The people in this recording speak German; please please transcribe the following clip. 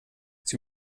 sie